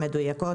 אמירות מדויקות,